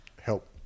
help